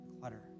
clutter